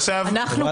על מה